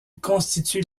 constitue